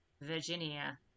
Virginia